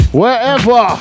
wherever